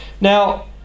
Now